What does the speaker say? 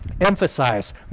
emphasize